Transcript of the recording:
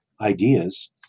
ideas